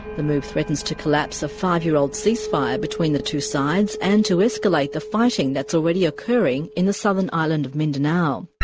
the move threatens to collapse a five-year-old ceasefire between the two sides, and to escalate the fighting that's already occurring in the southern island of mindanao.